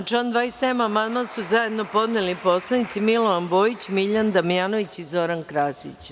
Na član 27. amandman su zajedno podneli narodni poslanici Milovan Bojić, Miljan Damjanović i Zoran Krasić.